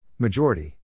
Majority